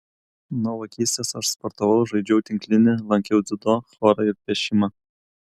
nuo vaikystės aš sportavau žaidžiau tinklinį lankiau dziudo chorą ir piešimą